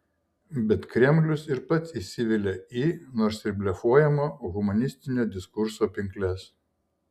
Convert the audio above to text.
bet kremlius ir pats įsivelia į nors ir blefuojamo humanistinio diskurso pinkles